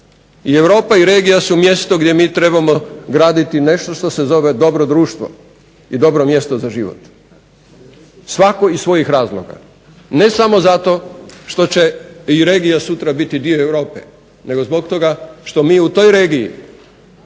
I Europa i regija su mjesto gdje mi trebamo graditi nešto što se zove dobro društvo i dobro mjesto za život svatko iz svojih razloga ne samo zato što će i regija sutra biti dio Europe, nego zbog toga što mi u toj regiji